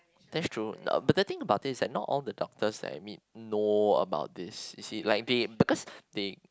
that's true n~ but the thing about this is that not all the doctors that I meet know about this you see like they because they